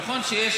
נכון שיש,